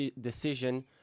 decision